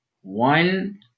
one